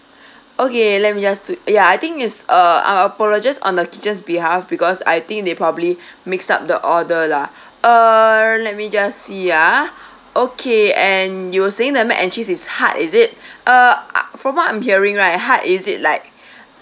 okay let me just to ya I think is uh I apologized on the kitchen behalf because I think they probably mixed up the order la uh let me just see uh okay and you were saying the mac and cheese is hard t is it uh uh for what I'm hearing lah hard is it like